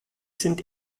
sind